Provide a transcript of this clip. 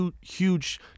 huge